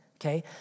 okay